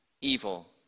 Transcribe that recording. evil